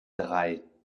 drei